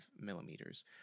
millimeters